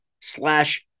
slash